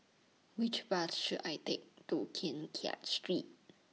Which Bus should I Take to Keng Kiat Street